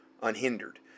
unhindered